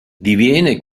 diviene